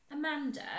Amanda